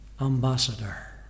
ambassador